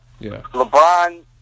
LeBron